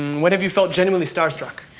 when have you felt genuinely starstruck?